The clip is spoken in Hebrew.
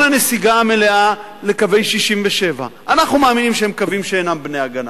הנסיגה המלאה לקווי 67'. אנחנו מאמינים שהם קווים שאינם בני-הגנה,